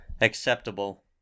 acceptable